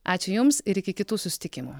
ačiū jums ir iki kitų susitikimų